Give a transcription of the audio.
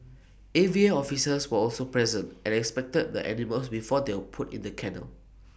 A V A officers were also present and inspected the animals before they were put in the kennel